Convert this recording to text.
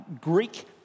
Greek